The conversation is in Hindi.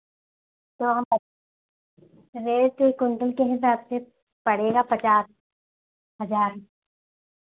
तो हम रेट क्विंटल के हिसाब से पड़ेगा पचास हज़ार